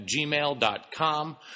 gmail.com